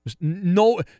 No